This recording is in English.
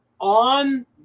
on